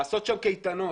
לעשות שם קייטנות.